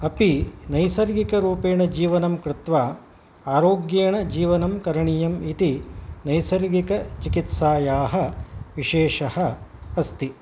अपि नैसर्गिकरूपेण जीवनं कृत्वा आरोग्येण जीवनं करणीयम् इति नैसर्गिकचिकित्सायाः विशेषः अस्ति